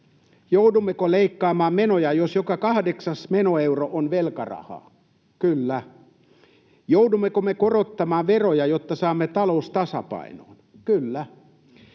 Joudummeko leikkaamaan menoja, jos joka kahdeksas menoeuro on velkarahaa? Kyllä. Joudummeko me korottamaan veroja, jotta saamme talouden tasapainoon? Kyllä.